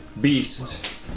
beast